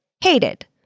Hated